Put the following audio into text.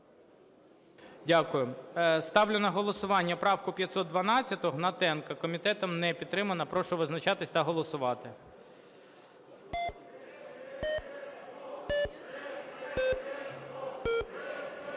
Дякую. Ставлю на голосування правка 512 Гнатенка. Комітетом не підтримана. Прошу визначатися та голосувати.